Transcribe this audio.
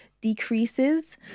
decreases